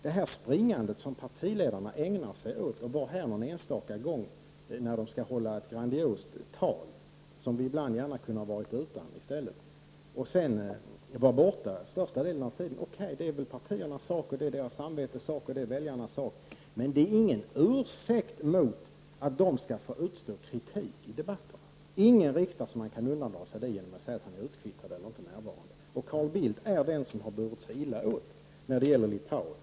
Det här springandet som partiledarna ägnar sig åt och är här bara någon enstaka gång när de skall hålla ett grandiost tal, som vi ibland gärna hade kunnat vara utan, och sedan är borta största delen av tiden är väl partiernas sak, deras samvetes sak och väljarnas sak, men det är naturligtvis ingen garanti mot att de inte skall få utstå kritik i debatten. Ingen riksdagsman kan undandra sig kritik genom att säga att han är utkvittad och inte är närvarande. Carl Bildt är den som har burit sig illa åt när det gäller Litauen.